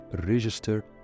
register